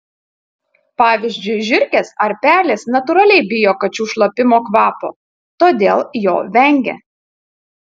pavyzdžiui žiurkės ar pelės natūraliai bijo kačių šlapimo kvapo todėl jo vengia